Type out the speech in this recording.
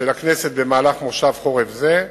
של הכנסת במהלך מושב חורף זה.